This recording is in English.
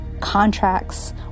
contracts